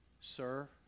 sir